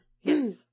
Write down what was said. Yes